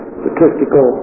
statistical